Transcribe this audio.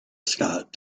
scott